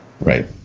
Right